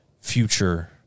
future